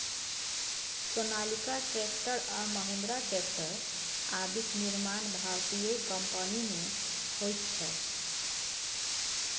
Sonalika tractor आ Mahindra tractor आदिक निर्माण भारतीय कम्पनीमे होइत छै